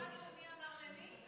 יש פה משחק של מי אמר למי?